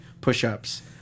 push-ups